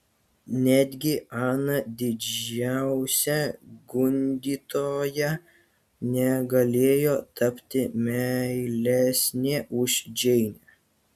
netgi ana didžiausia gundytoja negalėjo tapti meilesnė už džeinę